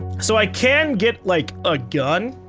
so i can get like, a gun,